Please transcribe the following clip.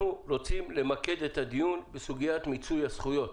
אנחנו רוצים למקד את הדיון בסוגיית מיצוי הזכויות.